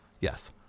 Yes